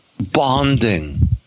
bonding